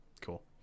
Cool